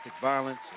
violence